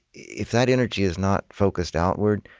if that energy is not focused outward,